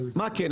מה כן?